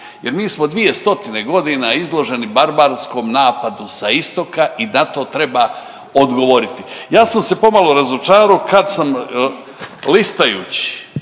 jer mi smo dvije stotine godina izloženi barbarskom napadu sa istoka i na to treba odgovoriti. Ja sam se pomalo razočarao kad sam listajući